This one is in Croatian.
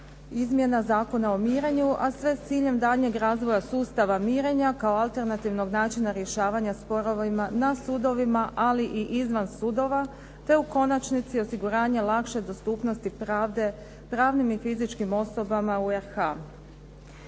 izmjena Zakona o mirenju a sve s ciljem daljnjeg razvoja sustava mirenja kao alternativnog načina rješavanja sporova na sudovima, ali i izvan sudova, te u konačnici osiguranje lakše dostupnosti pravde pravnim i fizičkim osobama u RH.